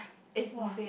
!wah!